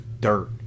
dirt